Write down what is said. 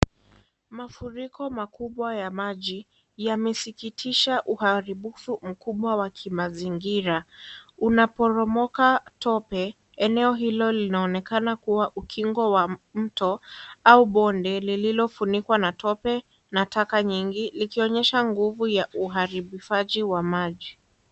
Mafuriko makubwa ya maji yamesikitisha uharibifu mkubwa wa kimazingira, unaporomoka tope, eneo hilo linaonekana kuwa ukingo wa mto au bonde lililofunikwa na tope na taka nyingi ikionyesha nguvu ya uharibafaji wa maji.